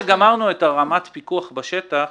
אחרי שגמרנו את הרמת פיקוח בשטח,